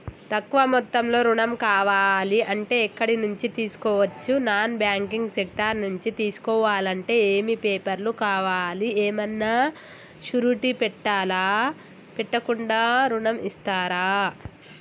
తక్కువ మొత్తంలో ఋణం కావాలి అంటే ఎక్కడి నుంచి తీసుకోవచ్చు? నాన్ బ్యాంకింగ్ సెక్టార్ నుంచి తీసుకోవాలంటే ఏమి పేపర్ లు కావాలి? ఏమన్నా షూరిటీ పెట్టాలా? పెట్టకుండా ఋణం ఇస్తరా?